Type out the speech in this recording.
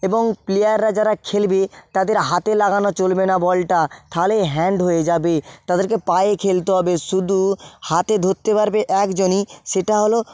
এবং প্লেয়াররা যারা খেলবে তাদের হাতে লাগানো চলবে না বলটা তাহলেই হ্যান্ড হয়ে যাবে তাদেরকে পায়ে খেলতে হবে শুধু হাতে ধরতে পারবে এক জনই সেটা হলো